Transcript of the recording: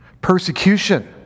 Persecution